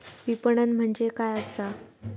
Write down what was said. विपणन म्हणजे काय असा?